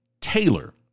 Taylor